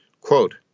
Quote